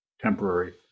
Temporary